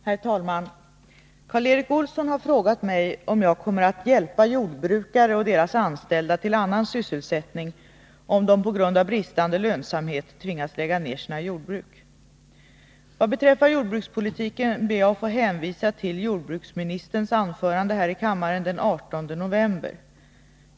Herr talman! Karl Erik Olsson har frågat mig om jag kommer att hjälpa Om alternativ jordbrukare och deras anställda till annan sysselsättning, om de på grund av — sysselsättning för bristande lönsamhet tvingas lägga ner sina jordbruk. ägare till olönsam Vad beträffar jordbrukspolitiken ber jag att få hänvisa till jordbruksmima jordbruk nisterns anförande här i kammaren den 18 november.